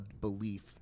belief